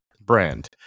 brand